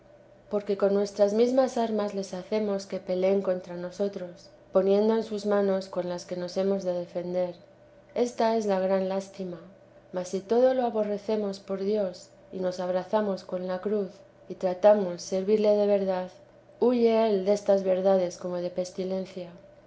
porque con nuestras mesmas armas les hacemos que peleen contra nosotros poniendo en sus manos con las que nos hemos de defender esta es la gran lástima mas si todo lo aborrecemos por dios y nos abrazamos con la cruz y tratamos servirle de verdad huye él destas verdades como de pestilencia